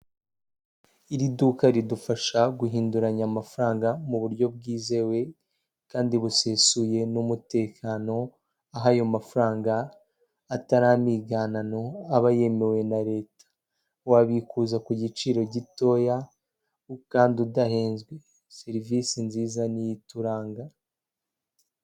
Iri duka ridufasha guhinduranya amafaranga mu buryo bwizewe kandi busesuye n'umutekano, aho ayo mafaranga atari amiganano aba yemewe na leta, wabikuza ku giciro gitoya kandi udahenzwe serivise nziza niyo ituranga.